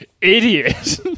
Idiot